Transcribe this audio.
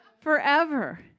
forever